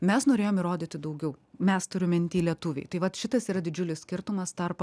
mes norėjom įrodyti daugiau mes turiu minty lietuviai tai vat yra šitas yra didžiulis skirtumas tarp